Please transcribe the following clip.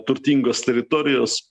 turtingos teritorijos